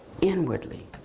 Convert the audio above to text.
inwardly